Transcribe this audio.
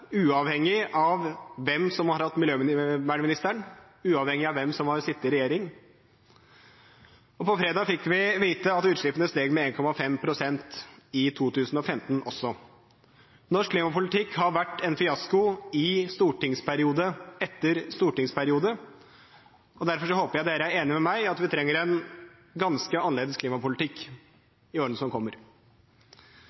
uavhengig av hvem som har hatt miljøvernministeren, og uavhengig av hvem som har sittet i regjering. På fredag fikk vi vite at utslippene steg med 1,5 pst. i 2015 også. Norsk klimapolitikk har vært en fiasko i stortingsperiode etter stortingsperiode. Derfor håper jeg dere er enige med meg i at vi trenger en ganske annerledes klimapolitikk